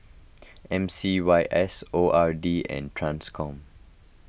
M C Y S O R D and Transcom